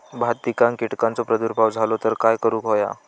भात पिकांक कीटकांचो प्रादुर्भाव झालो तर काय करूक होया?